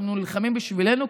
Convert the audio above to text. אנחנו נלחמים בשבילנו,